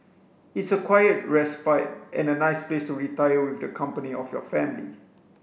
it's a quiet respite and a nice place to retire with the company of your family